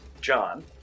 John